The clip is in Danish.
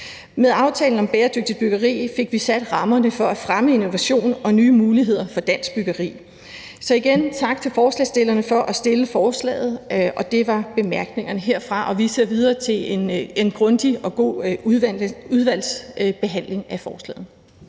Med aftalen om et bæredygtigt byggeri fik vi sat rammerne for at fremme innovation og nye muligheder for dansk byggeri. Så igen tak til forslagsstillerne for at fremsætte forslaget. Det var bemærkningerne herfra, og vi ser frem til en grundig og god udvalgsbehandling af forslaget.